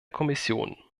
kommission